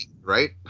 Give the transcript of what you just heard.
right